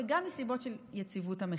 וגם מסיבות של יציבות המחירים.